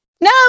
no